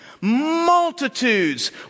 multitudes